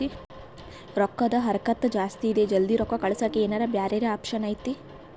ರೊಕ್ಕದ ಹರಕತ್ತ ಜಾಸ್ತಿ ಇದೆ ಜಲ್ದಿ ರೊಕ್ಕ ಕಳಸಕ್ಕೆ ಏನಾರ ಬ್ಯಾರೆ ಆಪ್ಷನ್ ಐತಿ?